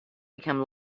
become